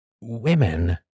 women